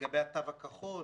לגבי התו הכחול,